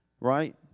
right